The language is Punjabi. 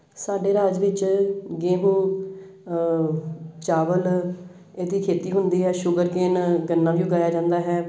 ਸਾਡੇ ਰਾਜ ਵਿੱਚ ਗੇਂਹੂ ਚਾਵਲ ਇਹਦੀ ਖੇਤੀ ਹੁੰਦੀ ਹੈ ਸ਼ੂਗਰਕੇਨ ਗੰਨਾ ਵੀ ਉਗਾਇਆ ਜਾਂਦਾ ਹੈ